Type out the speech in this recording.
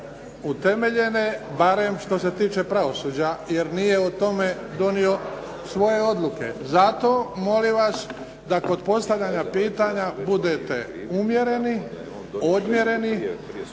utemeljene, barem što se tiče pravosuđa, jer nije o tome donio svoje odluke. Zato molim vas da kod postavljanja pitanja budete umjereni, odmjereni